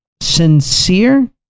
sincere